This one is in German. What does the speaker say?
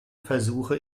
versuche